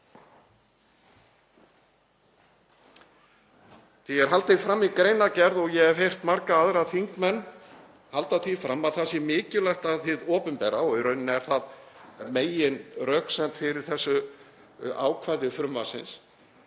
Því er haldið fram í greinargerð, og ég hef heyrt marga aðra þingmenn halda því fram, að það sé mikilvægt að hið opinbera, og í raun er það meginröksemd fyrir þessu ákvæði frumvarpsins,